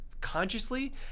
consciously